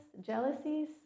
jealousies